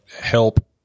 help